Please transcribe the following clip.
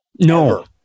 no